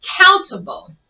countable